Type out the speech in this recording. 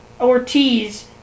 Ortiz